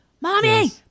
Mommy